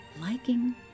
liking